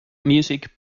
music